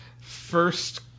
First